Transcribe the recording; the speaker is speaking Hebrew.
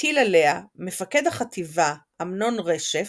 הטיל עליה מפקד החטיבה, אמנון רשף,